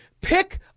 pick